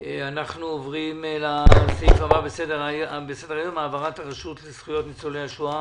אנחנו עוברים לסעיף הבא בסדר-היום: העברת הרשות לזכויות ניצולי השואה